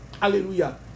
Hallelujah